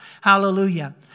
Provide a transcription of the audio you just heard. Hallelujah